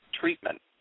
treatment